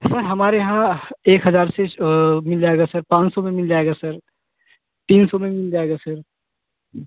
sir हमारे यहाँ एक हज़ार से स्टार्ट मिल जाएगा सर पाँच सौ में मिल जाएगा सर तीन सौ में मिल जाएगा सर